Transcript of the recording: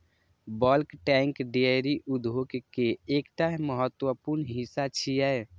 bulk tank dairy उद्योग के एकटा महत्वपूर्ण हिस्सा छियै